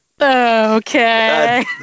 Okay